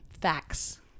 facts